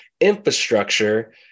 infrastructure